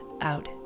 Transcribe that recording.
out